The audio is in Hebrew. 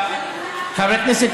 המספרים, נו.